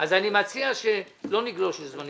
אז אני מציע שלא נגלוש לזמנים אחרים.